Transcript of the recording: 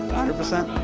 hundred percent?